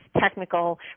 technical